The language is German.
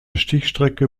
stichstrecke